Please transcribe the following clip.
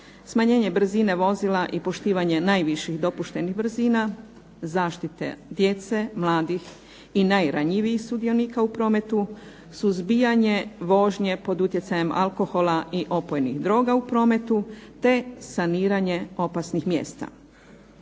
smanjenje brzine vozila i poštivanje najviših dopuštenih brzina, zaštite djece, mladih i najranjivijih sudionika u prometu, suzbijanje vožnje pod utjecajem alkohola i opojnih droga u prometu, te saniranje opasnih mjesta.